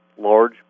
large